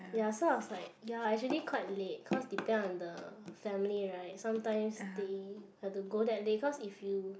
ya so I was like ya actually quite late cause depend on the family right sometimes they got to go there late cause if you